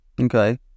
Okay